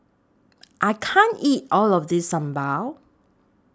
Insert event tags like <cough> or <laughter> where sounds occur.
<noise> I can't eat All of This Sambal